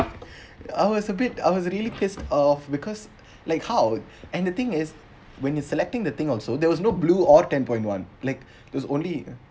I was a bit I was really pissed off because like how and the thing is when you selecting the thing also there was no blue or ten point one like there's only